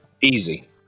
Easy